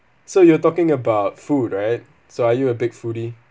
so you are talking about food right so are you a big foodie